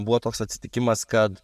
buvo toks atsitikimas kad